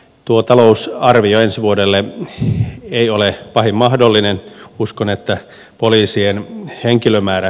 tuo talousarvio ensi vuodelle ei ole pahin mahdollinen uskon että poliisien henkilömäärä